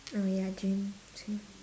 oh ya gym same